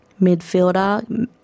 Midfielder